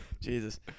Jesus